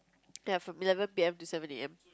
ya from eleven P_M to seven A_M